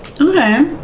Okay